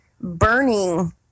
burning